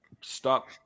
stop